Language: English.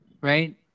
right